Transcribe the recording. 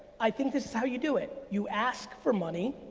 i think this is how you do it. you ask for money.